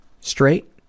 straight